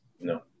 No